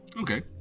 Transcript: Okay